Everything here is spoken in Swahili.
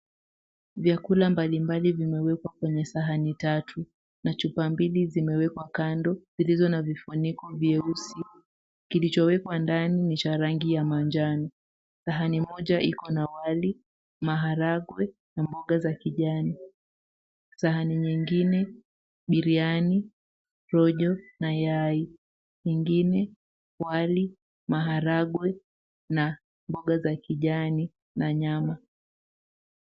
Vyakula mbalimbali vimewekwa kwenye sahani tatu, na chupa mbili zimewekwa kando, zilizo na vifuniko vyeusi. Kilichowekwa ndani ni cha rangi ya manjano. Sahani moja iko na wali, maharagwe na mboga za kijani. Sahani nyingine biriani, rojo na yai. Nyingine wali, maharagwe, na mboga za kijani na nyama.